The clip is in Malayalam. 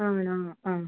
ആണോ ആ